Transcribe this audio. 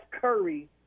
Curry